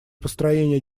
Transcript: построения